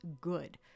good